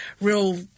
real